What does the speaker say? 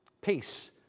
Peace